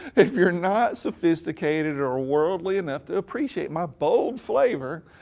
if you are not sophisticated or worldly enough to appreciate my bold flavor,